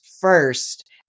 first